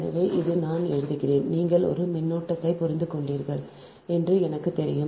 எனவே இது நான் எழுதுகிறேன் நீங்கள் ஒரு மின்னோட்டத்தைப் புரிந்துகொண்டீர்கள் என்று எனக்குத் தெரியும்